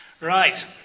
Right